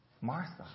Martha